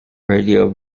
radio